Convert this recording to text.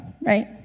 right